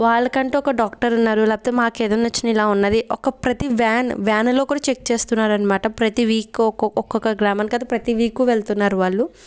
వాళ్ళకంటూ ఒక డాక్టర్ ఉన్నారు లేకపోతే మాకు ఏదన్న చిన్నది ఇలా ఉన్నది ఒక ప్రతి వ్యాన్ వ్యానుల్లో కూడా చెక్ చేస్తున్నారనమాట ప్రతి వీక్ ఒక్కొక్క గ్రామానికి అయితే ప్రతి వీక్ వెళ్తున్నారు వాళ్ళు